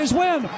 win